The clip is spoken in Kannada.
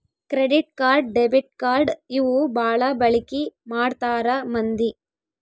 ಕ್ರೆಡಿಟ್ ಕಾರ್ಡ್ ಡೆಬಿಟ್ ಕಾರ್ಡ್ ಇವು ಬಾಳ ಬಳಿಕಿ ಮಾಡ್ತಾರ ಮಂದಿ